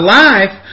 life